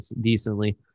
decently